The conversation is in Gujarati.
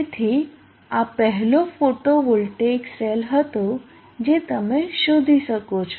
તેથી આ પહેલો ફોટોવોલ્ટેઇક સેલ હતો જે તમે શોધી શકો છો